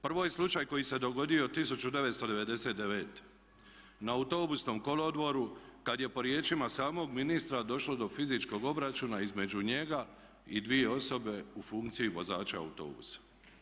Prvo je slučaj koji se dogodio 1999. na Autobusnom kolodvoru kad je po riječima samog ministra došlo do fizičkog obračuna između njega i dvije osobe u funkciji vozača autobusa.